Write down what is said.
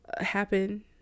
happen